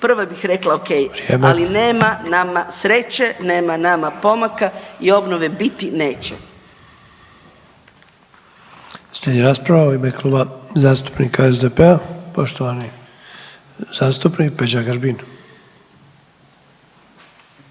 prvo bih rekla okej, ali nema nama sreće, nema nama pomaka i obnove biti neće.